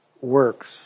works